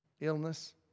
illness